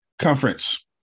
Conference